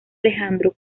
alejandro